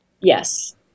Yes